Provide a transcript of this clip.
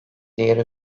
diğeri